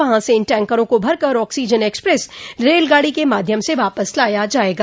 वहां से इन टैंकरों को भरकर ऑक्सीजन एक्सप्रेस रेलगाड़ी के माध्यम से वापस लाया जायेगा